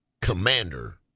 commander